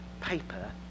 paper